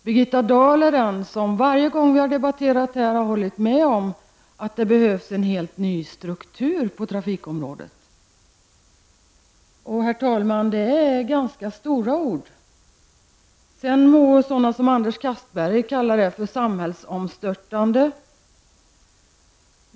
Birgitta Dahl är den som varje gång som vi har debatterat detta har hållit med om att det behövs en helt ny struktur på trafikområdet. Herr talman! Det är ganska stora ord. Sedan må sådana som Anders Castberger kalla det för samhällsomstörtande.